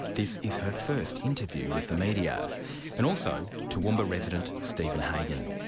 this is her first interview with the media and also, toowoomba resident, stephen hagan.